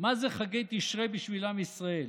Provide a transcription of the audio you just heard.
מה זה חגי תשרי בשביל עם ישראל,